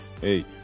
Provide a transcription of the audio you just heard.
hey